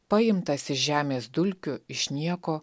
paimtas iš žemės dulkių iš nieko